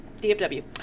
DFW